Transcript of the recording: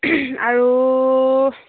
আৰু